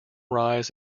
rise